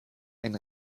ein